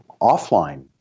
offline